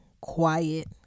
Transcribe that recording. quiet